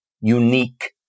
unique